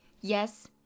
yes